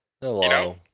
Hello